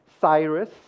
Cyrus